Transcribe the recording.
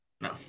No